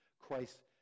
Christ